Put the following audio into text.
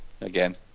Again